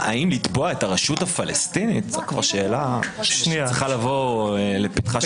מתוך 250 אתה הגעת בסוף ל-55, וצריך לדעת מה הייתה